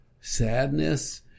Sadness